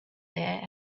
there